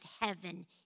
heaven